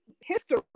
history